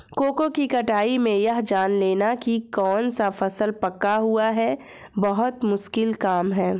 cocoa की कटाई में यह जान लेना की कौन सा फल पका हुआ है बहुत मुश्किल काम है